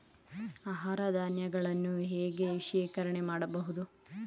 ಆಹಾರ ಧಾನ್ಯಗಳನ್ನು ಹೇಗೆ ಶೇಖರಣೆ ಮಾಡಬಹುದು?